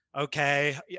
okay